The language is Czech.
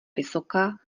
vysoká